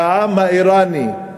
שהעם האיראני,